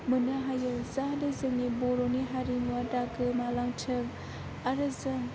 मोननो हायो जाहाथे जोंनि बर'नि हारिमुवा दा गोमालांथों आरो जों